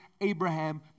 Abraham